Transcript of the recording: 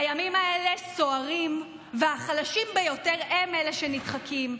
הימים האלה סוערים, והחלשים ביותר הם אלה שנדחקים,